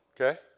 Okay